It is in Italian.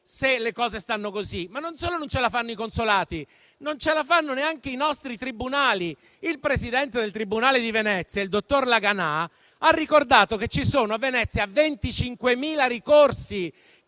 se le cose stanno così, non solo non ce la fanno i consolati, non ce la fanno neanche i nostri tribunali. Il presidente del tribunale di Venezia, il dottor Laganà, ha ricordato che a Venezia ci sono 25.000 ricorsi